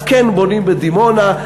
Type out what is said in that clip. אז כן בונים בדימונה.